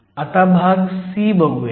आता भाग c बघुयात